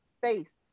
face